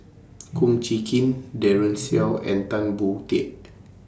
Kum Chee Kin Daren Shiau and Tan Boon Teik